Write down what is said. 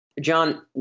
John